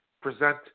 present